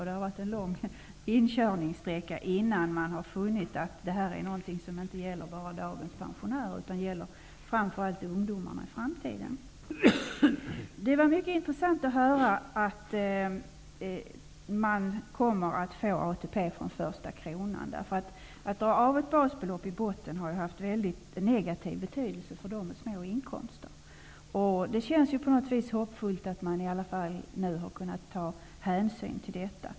Det har varit en lång inkörningssträcka innan man har funnit att det här är någonting som inte bara gäller dagens pensionärer utan framför allt ungdomarna i framtiden. Det var mycket intressant att höra att man kommer att få ATP från första kronan. Om man drar av ett basbelopp, får det mycket negativ betydelse för personer med små inkomster. Det känns på något sätt hoppfullt att man nu i alla fall har kunnat ta hänsyn till detta.